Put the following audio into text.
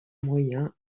moyen